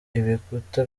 ibikuta